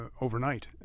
overnight